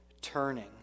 turning